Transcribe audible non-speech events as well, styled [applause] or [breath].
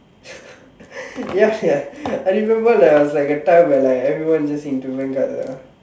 [laughs] ya sia [breath] I remember there was a like time where like everyone just into Vanguard sia